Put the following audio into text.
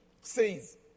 says